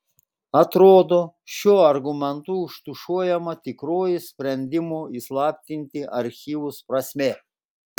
atrodo šiuo argumentu užtušuojama tikroji sprendimo įslaptinti archyvus prasmė